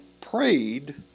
prayed